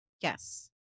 Yes